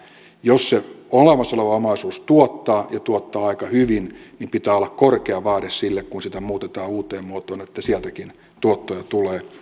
jos se olemassa oleva omaisuus tuottaa ja tuottaa aika hyvin niin pitää olla korkea vaade sille kun sitä muutetaan uuteen muotoon että sieltäkin tuottoja tulee